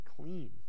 clean